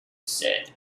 said